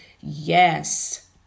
Yes